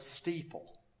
steeple